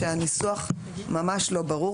שהניסוח ממש לא ברור.